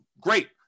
Great